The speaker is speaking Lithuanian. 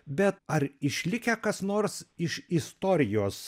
bet ar išlikę kas nors iš istorijos